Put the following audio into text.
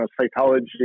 psychology